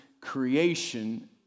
creation